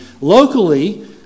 Locally